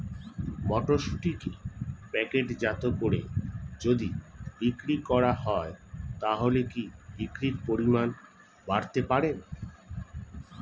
মটরশুটিকে প্যাকেটজাত করে যদি বিক্রি করা হয় তাহলে কি বিক্রি পরিমাণ বাড়তে পারে?